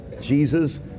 Jesus